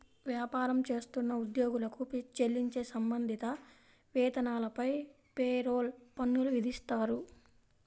వ్యాపారం చేస్తున్న ఉద్యోగులకు చెల్లించే సంబంధిత వేతనాలపై పేరోల్ పన్నులు విధిస్తారు